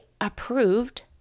approved